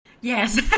Yes